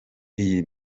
iyi